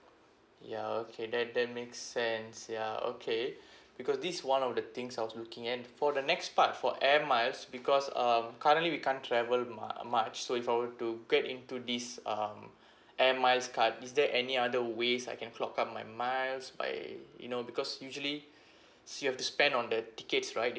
ya okay then that makes sense ya okay because this is one of the things I was looking at for the next part for air miles because um currently we can't travel mu~ uh much so if I were to get into this um air miles card is there any other ways I can clock up my miles by you know because usually see you have to spend on the tickets right